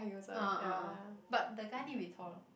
ah ah ah but the guy need to be tall lor